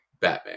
Batman